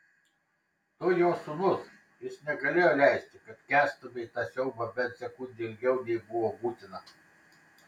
tu jo sūnus jis negalėjo leisti kad kęstumei tą siaubą bent sekundę ilgiau nei buvo būtina